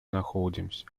находимся